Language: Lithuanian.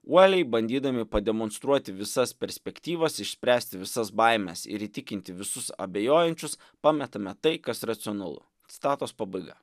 uoliai bandydami pademonstruoti visas perspektyvas išspręsti visas baimes ir įtikinti visus abejojančius pametame tai kas racionalu citatos pabaiga